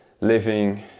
living